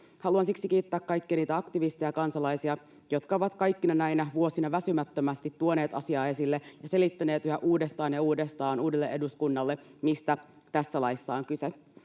Haluan siksi kiittää kaikkia niitä aktivisteja ja kansalaisia, jotka ovat kaikkina näinä vuosina väsymättömästi tuoneet asiaa esille ja selittäneet yhä uudestaan ja uudestaan uudelle eduskunnalle, mistä tässä laissa on kyse.